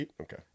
Okay